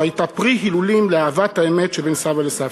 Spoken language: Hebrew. והייתה פרי הילולים לאהבת האמת שבין סבא לסבתא.